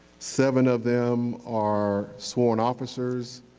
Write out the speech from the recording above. seven of them are sworn officers.